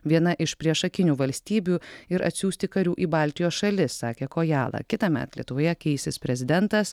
viena iš priešakinių valstybių ir atsiųsti karių į baltijos šalis sakė kojala kitąmet lietuvoje keisis prezidentas